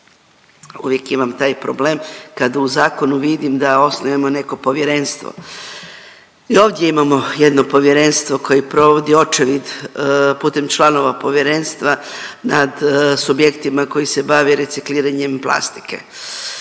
uvijek imam taj problem kad u zakonu vidim da osnujemo neko povjerenstvo. I ovdje imamo jedno povjerenstvo koje provodi očevid putem članova povjerenstva nad subjektima koji se bavi recikliranjem plastike.